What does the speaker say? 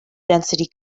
density